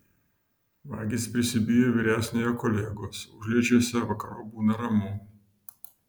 vagys prisibijo vyresniojo kolegos užliedžiuose vakarop būna ramu